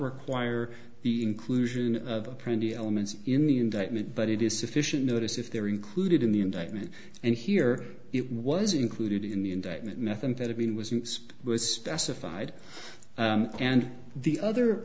require the inclusion of pretty elements in the indictment but it is sufficient notice if they're included in the indictment and here it was included in the indictment methamphetamine was was specified and the other